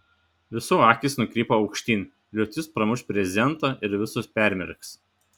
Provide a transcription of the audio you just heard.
visų akys nukrypo aukštyn liūtis pramuš brezentą ir visus permerks